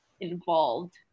involved